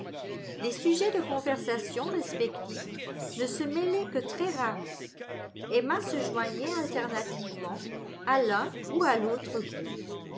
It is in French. les sujets de conversation respectifs ne se mêlaient que très rarement emma se joignait alternativement à l'un ou à l'autre groupe